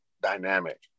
dynamic